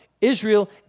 Israel